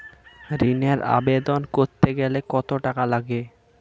ঋণের আবেদন করতে গেলে কত টাকা লাগে?